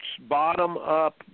bottom-up